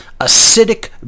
acidic